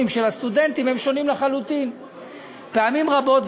של הסטודנטים הם שונים לחלוטין פעמים רבות.